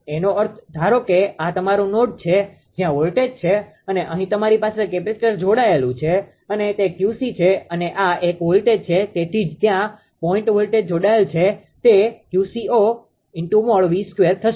એનો અર્થ ધારો કે આ તમારું નોડ છે જ્યાં વોલ્ટેજ છે અને અહીં તમારી પાસે કેપેસિટર જોડાયેલું છે અને તે 𝑄𝑐 છે અને આ એક વોલ્ટેજ છે તેથી જ ત્યાં પોઈન્ટ વોલ્ટેજ જોડાયેલ છે તે 𝑄𝐶૦|𝑉|2 થશે